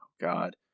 God